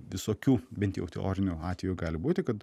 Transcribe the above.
visokių bent jau teorinių atvejų gali būti kad